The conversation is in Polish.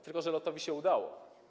Tylko że LOT-owi się udało.